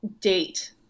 date